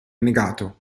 negato